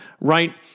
right